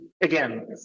again